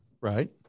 Right